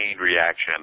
reaction